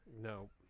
No